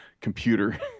computer